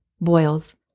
Boils